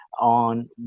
on